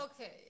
Okay